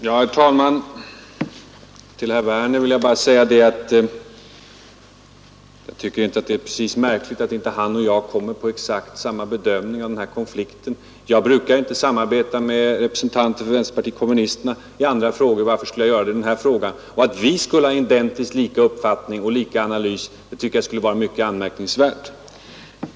Herr talman! Till herr Werner i Tyresö vill jag bara säga att jag inte tycker det är precis märkligt att inte han och jag kommer till samma bedömning av den här konflikten. Jag brukar inte samarbeta med representanter för vänsterpartiet kommunisterna i andra frågor. Varför skulle jag göra det i den här frågan? Om vi skulle ha identiskt samma uppfattning och göra en likadan analys skulle ett sådant förhållande vara mycket anmärkningsvärt.